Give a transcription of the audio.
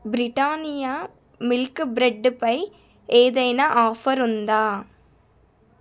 Britannia milk బ్రెడ్పై ఏదైనా offer ఉందా